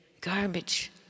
Garbage